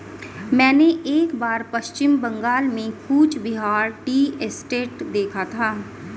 मैंने एक बार पश्चिम बंगाल में कूच बिहार टी एस्टेट देखा था